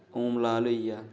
ओम लाल होई गेआ